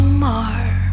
more